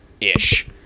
ish